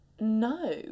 no